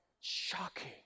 Shocking